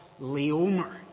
Leomer